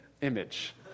image